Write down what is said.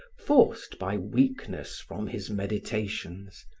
forced by weakness from his meditations,